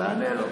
תענה לו.